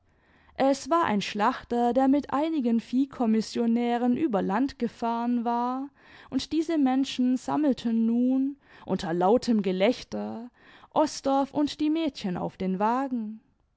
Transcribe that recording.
es war ein schlachter der mit einigen viehkommissionären über land gefahren war und diese menschen sammelten nun unter lautem gelächter osdorff und die mädchen auf den wagen